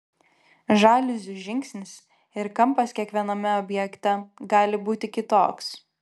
žaliuzių žingsnis ir kampas kiekviename objekte gali būti kitoks